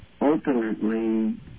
ultimately